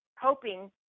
Hoping